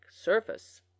surface